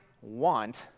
want